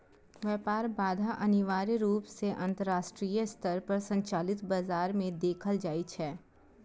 व्यापार बाधा अनिवार्य रूप सं अंतरराष्ट्रीय स्तर पर संचालित बाजार मे देखल जाइ छै